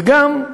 וגם,